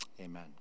Amen